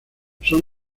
son